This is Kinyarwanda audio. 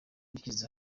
dushyize